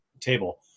table